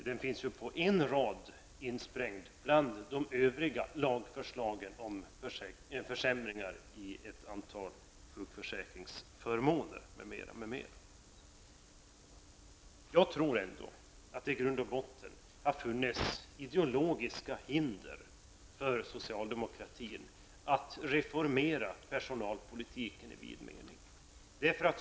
Detta finns insprängt på en rad bland de övriga lagförslagen om försämringar i ett antal sjukförsäkringsförmåner, m.m. Jag tror ändå att det i grund och botten har funnits ideologiska hinder för socialdemokratin att reformera personalpolitiken i vid mening.